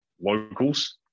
locals